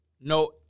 No